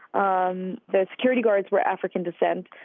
um the security guards were african descent.